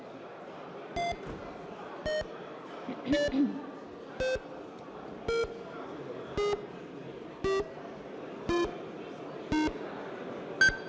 Дякую.